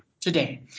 today